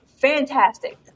Fantastic